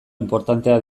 inportantea